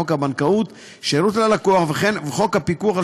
חוק הבנקאות (שירות ללקוח) וחוק הפיקוח על